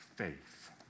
faith